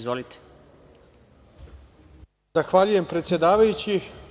Zahvaljujem, predsedavajući.